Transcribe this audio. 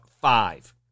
five